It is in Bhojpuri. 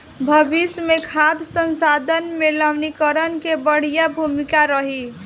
भविष्य मे खाद्य संसाधन में लवणीकरण के बढ़िया भूमिका रही